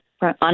on